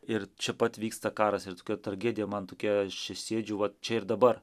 ir čia pat vyksta karas ir tokia tragedija man tokia aš čia sėdžiu va čia ir dabar